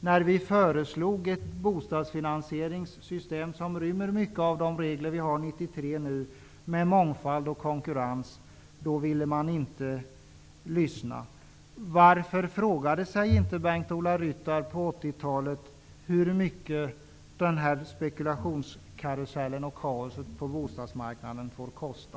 När vi föreslog ett bostadsfinansieringssystem som skulle rymma många av de regler som nu finns för 1993 med mångfald och konkurrens, ville man inte lyssna. Varför frågade sig inte Bengt-Ola Ryttar på 80-talet hur mycket spekulationskarusellen och kaoset på bostadsmarknaden fick kosta?